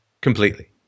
completely